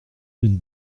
d’une